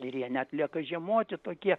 ir jie net lieka žiemoti tokie